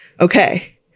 okay